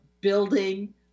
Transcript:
building